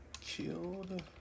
killed